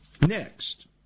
Next